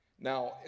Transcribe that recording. Now